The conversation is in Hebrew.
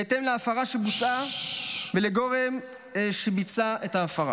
בהתאם להפרה שבוצעה ולגורם שביצע את ההפרה.